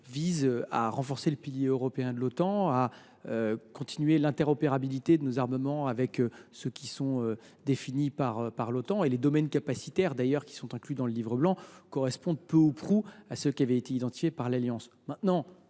visent à renforcer le pilier européen de l’Otan et à renforcer l’interopérabilité de nos armements avec ceux qui sont définis par l’Otan. D’ailleurs, les domaines capacitaires qui sont inclus dans le livre blanc correspondent peu ou prou à ceux qui avaient été identifiés par l’Alliance.